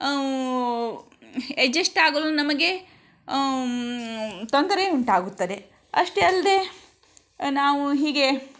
adjust ಆಗಲು ನಮಗೆ ತೊಂದರೆ ಉಂಟಾಗುತ್ತದೆ ಅಷ್ಟೇ ಅಲ್ಲದೇ ನಾವು ಹೀಗೆ